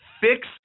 Fix